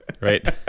Right